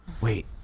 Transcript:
wait